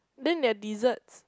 then they are desserts